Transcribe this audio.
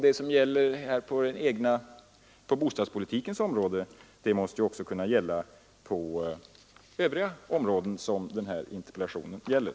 Det som gäller på bostadspolitikens område måste också kunna gälla på övriga områden som den här interpellationen tar upp.